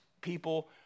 people